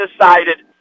decided